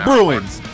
Bruins